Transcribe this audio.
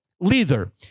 Leader